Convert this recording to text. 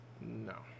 No